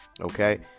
okay